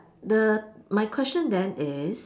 the my question then is